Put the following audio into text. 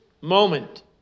moment